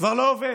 כבר לא עובד,